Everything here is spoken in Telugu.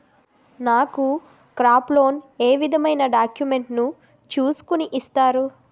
నాకు క్రాప్ లోన్ ఏ విధమైన డాక్యుమెంట్స్ ను చూస్కుని ఇస్తారు?